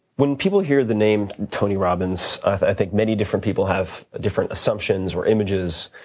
when people hear the name tony robbins, i think many different people have different assumptions or images